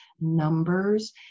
numbers